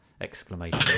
exclamation